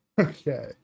okay